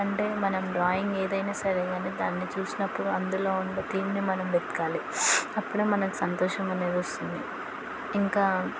అంటే మనం డ్రాయింగ్ ఏదైనా సరే కానీ దాన్ని చూసినప్పుడు అందులో ఉండే థీమ్ని మనం వెతకాలి అప్పుడే మనకు సంతోషం అనేది వస్తుంది ఇంకా